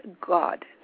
God